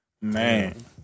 Man